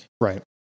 Right